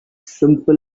simple